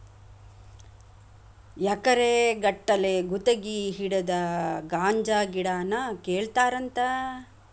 ಎಕರೆ ಗಟ್ಟಲೆ ಗುತಗಿ ಹಿಡದ ಗಾಂಜಾ ಗಿಡಾನ ಕೇಳತಾರಂತ